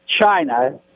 China